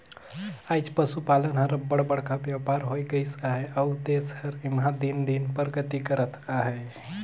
आएज पसुपालन हर अब्बड़ बड़खा बयपार होए गइस अहे अउ देस हर एम्हां दिन दिन परगति करत अहे